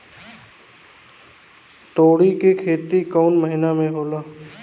तोड़ी के खेती कउन महीना में होला?